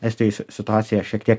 estijoj situacija šiek tiek